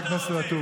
חבר הכנסת ואטורי.